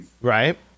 Right